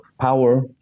power